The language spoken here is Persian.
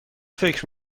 فکر